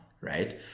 Right